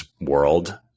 world